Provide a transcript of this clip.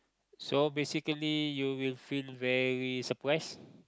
so basically you will feel very surprise